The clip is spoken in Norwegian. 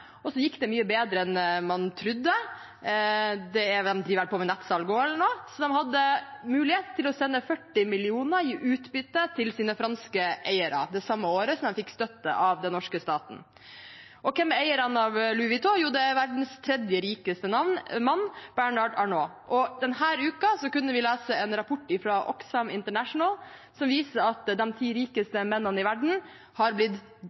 og så gikk det mye bedre enn man trodde – de driver vel med nettsalg eller noe – så de hadde mulighet til å sende 40 mill. kr i utbytte til sine franske eiere det samme året som de fikk støtte av den norske staten. Hvem er eieren av Louis Vuitton? Jo, det er verdens tredje rikeste mann, Bernard Arnault. Denne uken kunne vi lese en rapport fra Oxfam International som viser at de ti rikeste mennene i verden er blitt